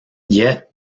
yet